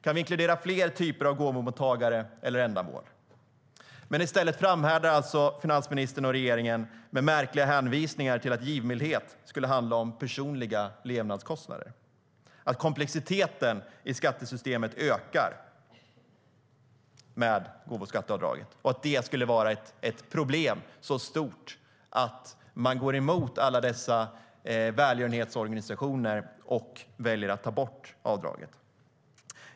Kan vi inkludera fler typer av gåvomottagare eller ändamål? I stället framhärdar finansministern och regeringen med märkliga hänvisningar till att givmildhet skulle handla om personliga levnadskostnader, att komplexiteten i skattesystemet ökar med gåvoskatteavdraget och att det skulle vara ett problem så stort att man går emot alla dessa välgörenhetsorganisationer och väljer att ta bort avdraget.